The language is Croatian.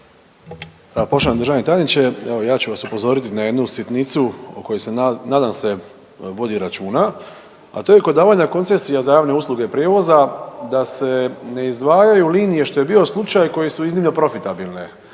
Poštovani državni tajniče, evo ja ću vas upozoriti na jednu sitnicu o kojoj se nadam se vodi računa, a to je kod davanja koncesija za javne usluge prijevoza da se ne izdvajaju linije što je bio slučaj koje su iznimno profitabilne,